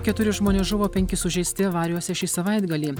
keturi žmonės žuvo penki sužeisti avarijose šį savaitgalį